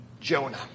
Jonah